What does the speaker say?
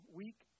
week